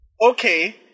okay